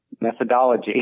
methodology